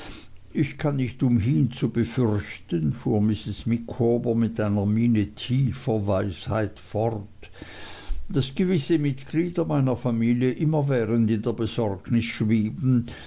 ich kann nicht umhin zu befürchten fuhr mrs micawber mit einer miene tiefer weisheit fort daß gewisse mitglieder meiner familie immerwährend in der besorgnis schweben